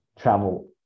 travel